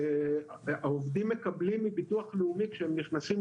והעובדים מקבלים מביטוח לאומי כשהם נכנסים